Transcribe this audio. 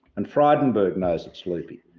and frydenberg knows it's loopy,